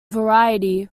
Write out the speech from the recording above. variety